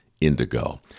indigo